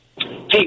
Hey